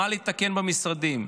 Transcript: מה לתקן במשרדים.